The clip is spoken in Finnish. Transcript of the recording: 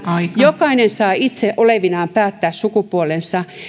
jokainen saa itse olevinaan päättää sukupuolensa